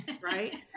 right